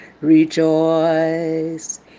Rejoice